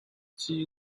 累积